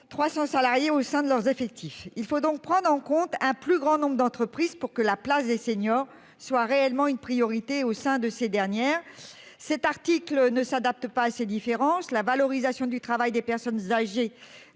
300 salariés au sein de leurs effectifs. Il faut donc prendre en compte un plus grand nombre d'entreprises pour que la place des seniors soient réellement une priorité au sein de ces dernières. Cet article ne s'adapte pas assez différences la valorisation du travail des personnes âgées